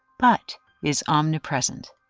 but is omnipresent.